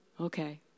Okay